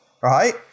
right